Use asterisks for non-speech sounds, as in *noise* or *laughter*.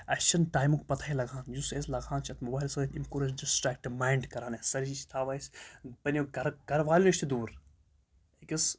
اَسہِ چھِنہٕ ٹایمُک پَتہٕے لَگان یُس أسۍ لَگان چھِ اَتھ موبایلہٕ سۭتۍ أمۍ کوٚر اَسہِ ڈِسٹرٛٮ۪کٹ مایِنٛڈ کَران اَسہِ *unintelligible* چھِ تھاوان اَسہِ *unintelligible* گَرٕ گَرٕ والٮ۪ن نِش تہِ دوٗر أکِس